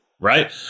right